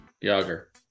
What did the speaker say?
Yager